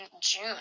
June